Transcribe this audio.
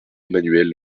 emmanuel